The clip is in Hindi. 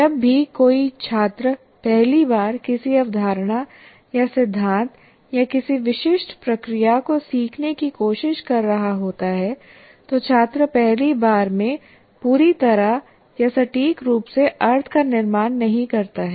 जब भी कोई छात्र पहली बार किसी अवधारणा या सिद्धांत या किसी विशिष्ट प्रक्रिया को सीखने की कोशिश कर रहा होता है तो छात्र पहली बार में पूरी तरह या सटीक रूप से अर्थ का निर्माण नहीं करता है